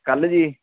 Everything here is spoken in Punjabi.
ਕੱਲ੍ਹ ਜੀ